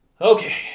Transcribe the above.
Okay